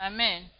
Amen